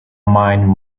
mine